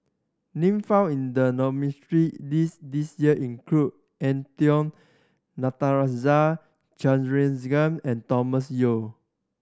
name found in the nominees' list this year include Eng Tow Natarajan Chandrasekaran and Thomas Yeo